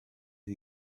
who